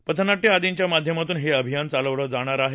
पथनाट्य आदींच्या माध्यमातून हे अभियान चालवलं जाणार आहे